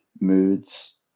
Moods